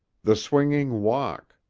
the swinging walk,